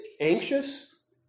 anxious